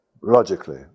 Logically